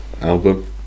Album